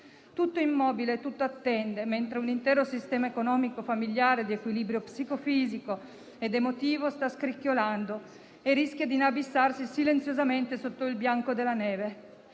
Tutto è immobile e tutto attende mentre un intero sistema economico, familiare, di equilibrio psicofisico ed emotivo sta scricchiolando e rischia di inabissarsi silenziosamente sotto il bianco della neve.